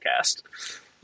podcast